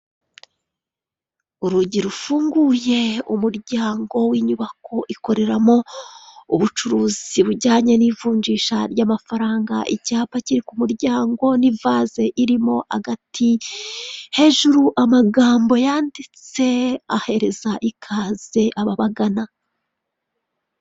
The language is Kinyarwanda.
Urugi rufunguye umuryango w'inyubako ikoreramo ubucuruzi bujyanye n'ivunjisha ry'amafaranga, icyapa kiri ku muryango n'ivaze irimo agati hejuru amagambo yanditse ahereza ikaze ababagana.